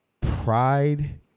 pride